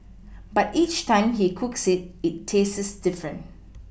but each time he cooks it it tastes different